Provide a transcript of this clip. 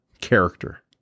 character